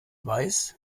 weiß